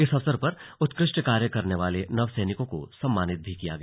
इस अवसर पर उत्कृष्ट कार्य करने वाले नव सैनिकों को सम्मानित भी किया गया